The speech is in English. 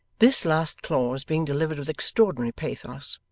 this last clause being delivered with extraordinary pathos,